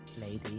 lady